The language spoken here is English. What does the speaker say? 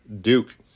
Duke